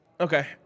Okay